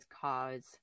cause